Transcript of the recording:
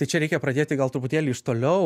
tai čia reikia pradėti gal truputėlį iš toliau